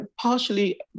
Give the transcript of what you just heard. partially